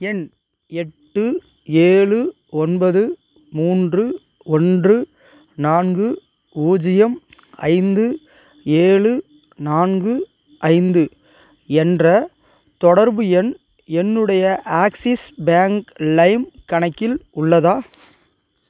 எண் எட்டு ஏழு ஒன்பது மூன்று ஒன்று நான்கு பூஜ்ஜியம் ஐந்து ஏழு நான்கு ஐந்து என்ற தொடர்பு எண் என்னுடைய ஆக்ஸிஸ் பேங்க் லைம் கணக்கில் உள்ளதா